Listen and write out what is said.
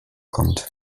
kommt